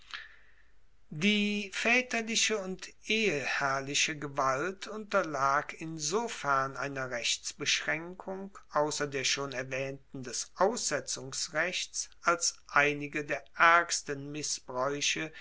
die vaeterliche und eheherrliche gewalt unterlag insofern einer rechtsbeschraenkung ausser der schon erwaehnten des aussetzungsrechts als einige der aergsten